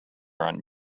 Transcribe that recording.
run